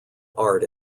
art